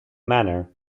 manner